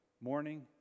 morning